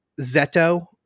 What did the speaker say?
Zeto